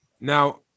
Now